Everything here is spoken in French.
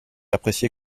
apprécié